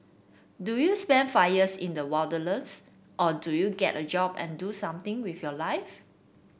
do you spend five years in the wilderness or do you get a job and do something with your life